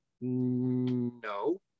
no